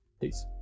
peace